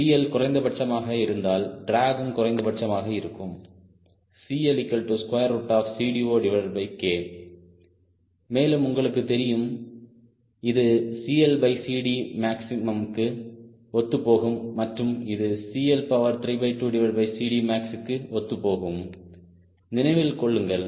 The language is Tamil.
CL குறைந்தபட்சமாக இருந்தால் டிராகும் குறைந்த பட்சமாக இருக்கும் CLCD0K மேலும் உங்களுக்கு தெரியும் இது CLCD மேக்ஸிமம்க்கு ஒத்துப்போகும் மற்றும் இது maxக்கு ஒத்துப்போகும் நினைவில் கொள்ளுங்கள்